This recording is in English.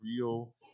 real